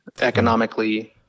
economically